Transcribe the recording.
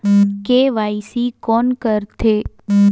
KYC कोन करथे?